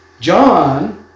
John